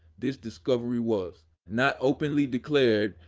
this discovery was not openly declared,